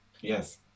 Yes